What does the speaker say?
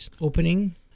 opening